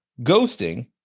ghosting